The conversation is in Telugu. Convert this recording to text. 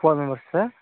ఫోర్ మెంబెర్స్ ఆ సార్